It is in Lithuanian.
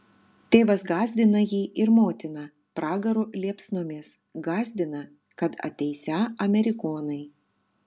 tėvas gąsdina jį ir motiną pragaro liepsnomis gąsdina kad ateisią amerikonai